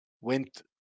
went